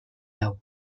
hau